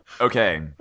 Okay